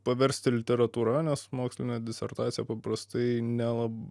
paversti literatūra nes mokslinė disertacija paprastai nela